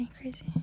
crazy